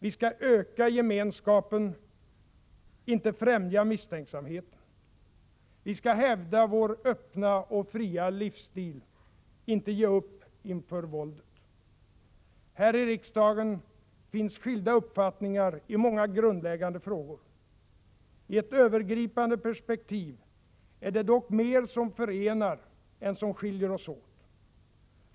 Vi skall öka gemenskapen, inte främja misstänksamheten. Vi skall hävda vår öppna och fria livsstil, inte ge upp inför våldet. Här i riksdagen finns skilda uppfattningar i många grundläggande frågor. I ett övergripande perspektiv är det dock mer som förenar än som skiljer oss åt.